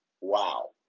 Wow